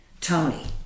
Tony